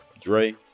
dre